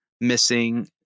missing